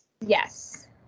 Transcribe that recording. Yes